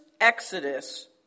exodus